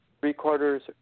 three-quarters